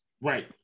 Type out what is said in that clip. right